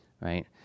Right